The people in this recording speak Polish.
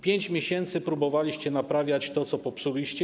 5 miesięcy próbowaliście naprawiać to, co popsuliście.